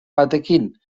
batekin